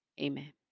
amen